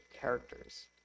characters